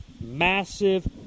Massive